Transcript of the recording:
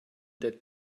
that